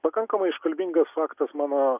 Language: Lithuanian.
pakankamai iškalbingas faktas mano